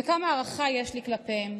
וכמה הערכה יש לי כלפיהם.